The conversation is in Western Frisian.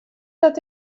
dat